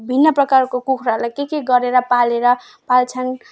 भिन्न प्रकारको कुखुरालाई के के गरेर पालेर पाल्छन्